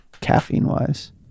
Caffeine-wise